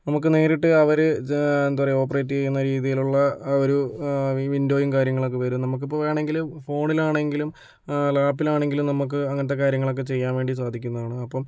നമുക്ക് നേരിട്ട് അവര് എന്ത് പറയുക ഓപ്പറേറ്റ് ചെയ്യുന്ന രീതിയിലുള്ള ഒരു വിൻഡോയും കാര്യങ്ങളും ഒക്കെ വരും നമുക്കിപ്പം വേണമെങ്കില് ഫോണിലാണെങ്കിലും ലാപ്പിൽ ആണെങ്കിലും നമുക്ക് അങ്ങനത്തെ കാര്യങ്ങളൊക്കെ ചെയ്യാൻ വേണ്ടി സാധിക്കുന്നതാണ് അപ്പം